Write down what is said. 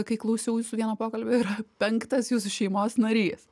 kai klausiau jūsų vieno pokalbio yra penktas jūsų šeimos narys